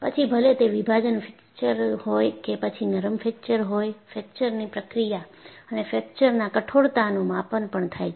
પછી ભલે તે વિભાજન ફ્રેક્ચર હોય કે પછી નરમ ફ્રેક્ચર હોય ફ્રેક્ચરની પ્રક્રિયા અને ફ્રેક્ચરના કઠોરતાનું માપન પણ થાય છે